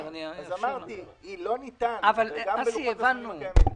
ואמרתי שלא ניתן גם בלוחות הזמנים הקיימים.